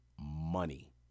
money